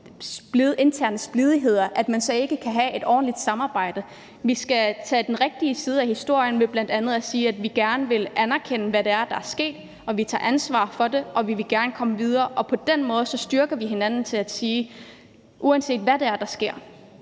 interne stridigheder, at man ikke kan have et ordentligt samarbejde. Vi skal placere os på den rigtige side af historien ved bl.a. at sige, at vi gerne vil anerkende, hvad det er, der er sket, og at vi tager ansvar for det og gerne vil komme videre. Og på den måde styrker vi hinanden i at sige, at uanset hvad det er,